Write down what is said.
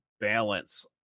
balance